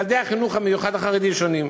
ילדי החינוך המיוחד החרדי שונים.